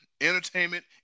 entertainment